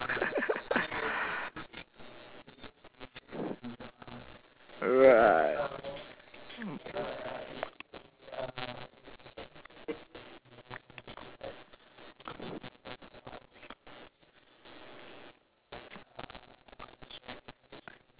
right